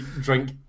drink